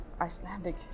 Icelandic